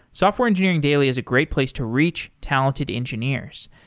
software engineering daily is a great place to reach talented engineers.